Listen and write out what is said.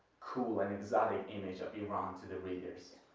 cool and exotic image of iran to the readers.